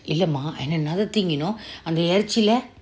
இல்லே:ille mah and then another thing you know அந்த இறைச்சி லே:anthe iracci le